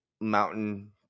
Mountain